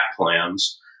plans